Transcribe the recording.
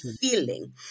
feeling